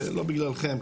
לא בגללכם,